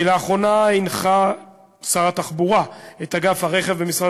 לאחרונה הנחה שר התחבורה את אגף הרכב במשרד